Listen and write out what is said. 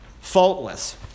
faultless